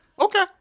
Okay